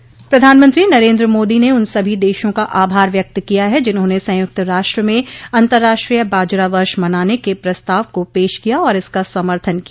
अब समाचार विस्तार से प्रधानमंत्री नरेन्द्र मोदी ने उन सभी देशों का आभार व्यक्त किया है जिन्होंने संयुक्त राष्ट्र में अंतर्राष्ट्रीय बाजरा वर्ष मनाने के प्रस्ताव को पेश किया और इसका समर्थन किया